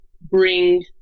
bring